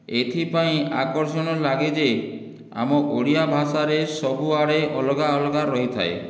ଏଇଥିପାଇଁ ଆକର୍ଷଣ ଲାଗେ ଯେ ଆମ ଓଡ଼ିଆ ଭାଷାରେ ସବୁ ଆଡ଼େ ଅଲଗା ଅଲଗା ରହିଥାଏ